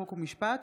חוק ומשפט,